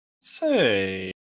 Say